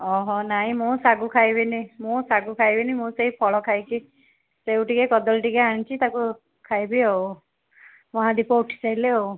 ନାହିଁ ମୁଁ ସାଗୁ ଖାଇବିନି ମୁଁ ସାଗୁ ଖାଇବିନି ମୁଁ ସେଇ ଫଳ ଖାଇଛି ସେଉ ଟିକିଏ କଦଳୀ ଟିକିଏ ଆଣିଛି ତାକୁ ଖାଇବି ଆଉ ମହାଦୀପ ଉଠିସାରିଲେ ଆଉ